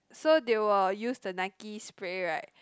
so they will use the Nike spray right